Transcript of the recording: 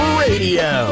radio